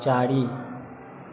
चारि